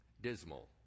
Dismal